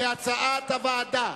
כהצעת הוועדה.